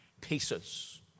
pieces